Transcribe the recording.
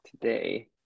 today